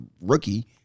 rookie